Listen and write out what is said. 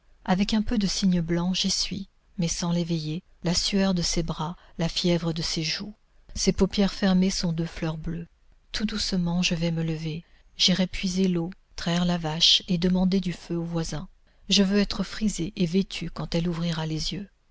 avec un peu de cygne blanc j'essuie mais sans l'éveiller la sueur de ses bras la fièvre de ses joues ses paupières fermées sont deux fleurs bleues tout doucement je vais me lever j'irai puiser l'eau traire la vache et demander du feu aux voisins je veux être frisée et vêtue quand elle ouvrira les yeux